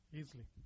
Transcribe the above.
easily